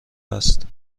است